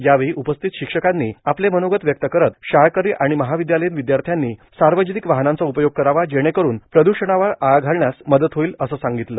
यावेळी उपस्थित शिक्षकांनी आपले मनोगत व्यक्त करत शाळकरी आणि महाविद्यालयीन विद्यार्थ्यांनी सार्वजनिक वाहनांचा उपयोग करावा जेणेकरून प्रदूषणावर आळा घालण्यास मदत होईल असं सांगितलं